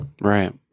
right